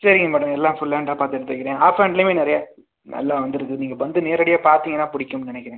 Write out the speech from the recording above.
சரிங்க மேடம் எல்லாம் ஃபுல் ஹேண்டாக பார்த்து எடுத்து வைக்கிறேன் ஆஃப் ஹேண்டுலயுமே நிறையா நல்லா வந்துருக்கு நீங்கள் வந்து நேரடியாக பார்த்திங்கனா பிடிக்கும்னு நினக்கிறேன்